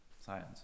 science